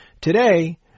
Today